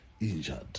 injured